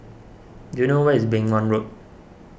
do you know where is Beng Wan Road